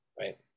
right